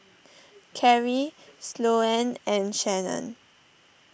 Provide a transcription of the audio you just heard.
Karri Sloane and Shanon